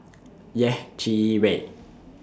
Yeh Chi Wei